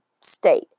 state